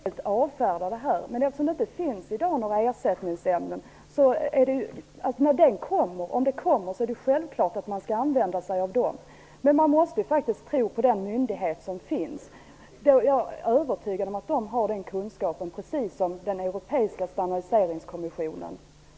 Herr talman! Jag vill inte helt avfärda motionen, men det finns ju inte några ersättningsämnen i dag. När och om dessa kommer är det självklart att man skall använda sig av dem. Men man måste faktiskt tro på den myndighet som finns. Jag är övertygad om att Sprängämnesinspektionen har erforderlig kunskap, precis som den Europeiska standardiseringskommissionen.